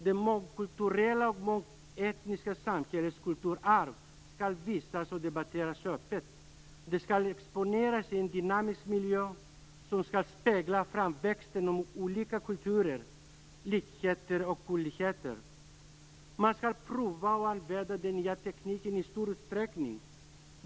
Det mångkulturella och mångetniska samhällets kulturarv skall visas och debatteras öppet. Det skall exponeras i en dynamisk miljö som skall spegla framväxten av olika kulturer, likheter och olikheter. Man skall prova och använda den nya tekniken i stor utsträckning.